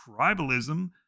tribalism